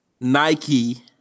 Nike